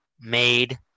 Made